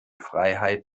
freiheit